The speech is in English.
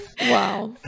wow